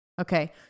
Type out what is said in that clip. Okay